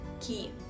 key